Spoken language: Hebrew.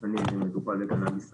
מטופל בקנביס רפואי.